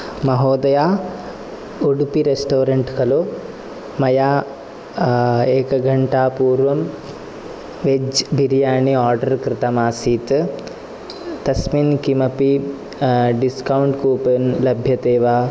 महोदया उडुपी रेस्टोरंट् खलु मया एकघण्टापूर्वं वेज् बीर्याणि आर्डर् कृतम् आसीत् तस्मिन् किमपि डिस्कौंट् कूपन् लभ्यते वा